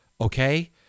Okay